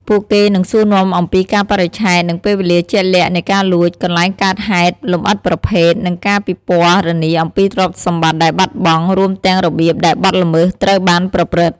ពួកគេនឹងសួរនាំអំពីកាលបរិច្ឆេទ និងពេលវេលាជាក់លាក់នៃការលួច កន្លែងកើតហេតុលម្អិតប្រភេទ និងការពិពណ៌នាអំពីទ្រព្យសម្បត្តិដែលបាត់បង់ រួមទាំងរបៀបដែលបទល្មើសត្រូវបានប្រព្រឹត្ត។